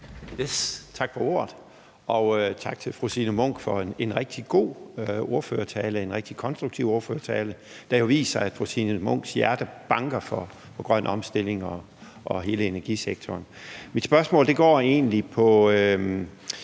Tak for ordet, og tak til fru Signe Munk for en rigtig god og rigtig konstruktiv ordførertale, der jo viser, at fru Signe Munks hjerte banker for den grønne omstilling og hele energisektoren. Fru Signe Munk var også inde på,